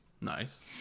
Nice